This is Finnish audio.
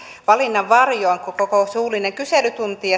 valinnan varjoon kun koko suullinen kyselytunti